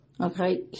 Okay